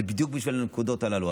זה בדיוק בשביל הנקודות הללו.